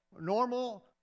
normal